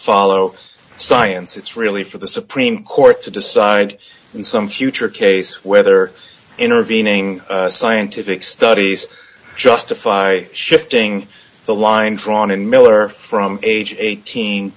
follow science it's really for the supreme court to decide in some future case whether intervening scientific studies justify shifting the line drawn in miller from age eighteen